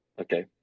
Okay